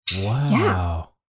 Wow